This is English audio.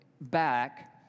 back